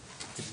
תימחק.